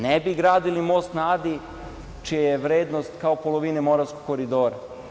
Ne bi gradili most na Adi čija je vrednost kao polovine Moravskog koridora.